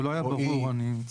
זה לא היה ברור, אני מצטער.